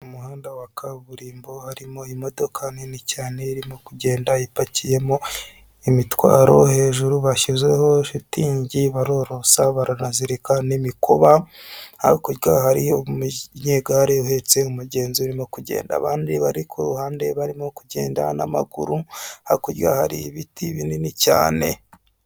Mu muhanda wa kaburimbo harimo imodoka nini cyane irimo kugenda ipakiyemo imitwaro, hejuru bashyizeho shitingi barorosa baranazirikana n'imikuba, hakurya hari umunyegare uhetse umugenzi urimo kugenda, abandi bari ku ruhande barimo kugenda n'amaguru, hakurya hari ibiti binini cyane.